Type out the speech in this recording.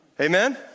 Amen